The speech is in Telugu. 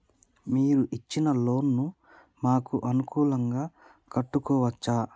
మీరు ఇచ్చిన లోన్ ను మాకు అనుకూలంగా కట్టుకోవచ్చా?